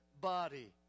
body